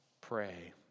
pray